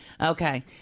Okay